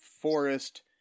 forest